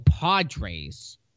Padres